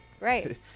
right